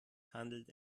handelt